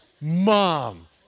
Mom